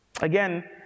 Again